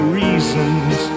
reasons